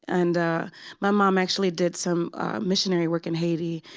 and my mom actually did some missionary work in haiti.